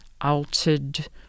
altered